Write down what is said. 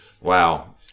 Wow